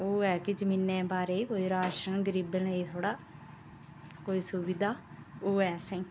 होऐ की जमीनें बारै कोई राशन गरीबें लेई थोह्ड़ा कोई सुविधा होऐ असेंगी